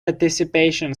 participation